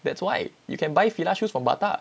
that's why you can buy Fila shoes from Bata